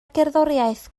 gerddoriaeth